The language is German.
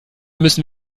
müssten